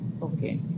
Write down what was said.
Okay